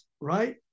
right